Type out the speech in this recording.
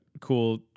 cool